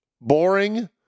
boring